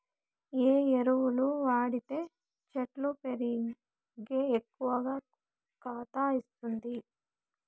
ఏ ఎరువులు వాడితే చెట్టు పెరిగి ఎక్కువగా కాత ఇస్తుంది?